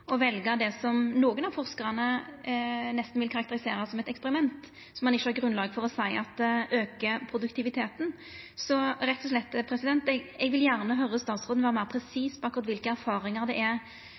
å velja det som nokre av forskarane nesten vil karakterisera som eit eksperiment som ein ikkje har grunnlag for å seia aukar produktiviteten.